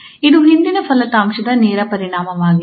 ಇದು ಹಿಂದಿನ ಫಲಿತಾಂಶದ ನೇರ ಪರಿಣಾಮವಾಗಿದೆ